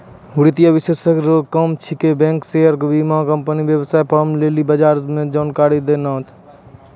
वित्तीय विश्लेषक रो काम छिकै बैंक शेयर बीमाकम्पनी वेवसाय फार्म लेली बजारभाव रो जानकारी देनाय